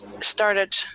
Started